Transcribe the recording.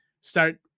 start